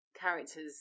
characters